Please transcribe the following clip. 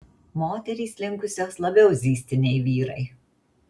moterys linkusios labiau zyzti nei vyrai